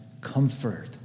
Comfort